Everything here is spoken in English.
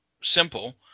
simple